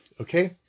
okay